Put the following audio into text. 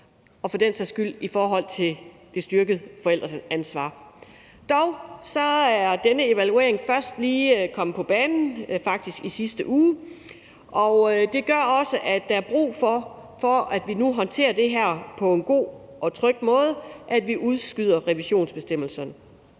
og for den sags skyld også af det styrkede forældreansvar. Dog er denne evaluering først lige kommet på banen, faktisk i sidste uge, og det gør også, at der er brug for, at vi nu håndterer det her på en god og tryg måde, og at vi udskyder revisionsbestemmelserne.